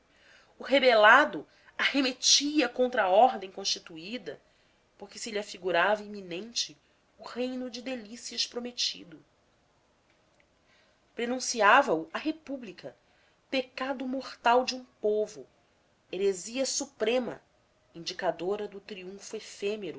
o rebelado arremetia com a ordem constituída porque se lhe afigurava iminente o reino de delícias prometido prenunciava o a república pecado mortal de um povo heresia suprema indicadora do triunfo efêmero